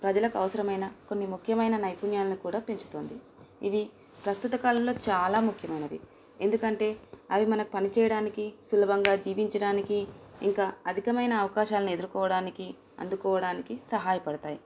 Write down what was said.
ప్రజలకు అవసరమైన కొన్ని ముఖ్యమైన నైపుణ్యాలను కూడా పెంచుతుంది ఇవి ప్రస్తుత కాలంలో చాలా ముఖ్యమైనవి ఎందుకంటే అవి మనం పనిచేయడానికి సులభంగా జీవించడానికి ఇంకా అధికమైన అవకాశాలను ఎదుర్కోవడానికి అందుకోవడానికి సహాయపడతాయి